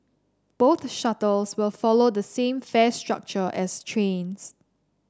both shuttles will follow the same fare structure as trains